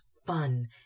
fun